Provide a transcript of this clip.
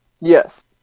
Yes